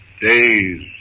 Days